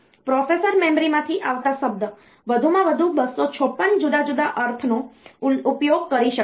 processor મેમરીમાંથી આવતા શબ્દ વધુમાં વધુ 256 જુદા જુદા અર્થનો ઉપયોગ કરી શકે છે